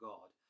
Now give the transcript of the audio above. God